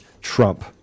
Trump